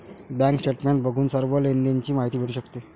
bank statement बघून सर्व लेनदेण ची माहिती भेटू शकते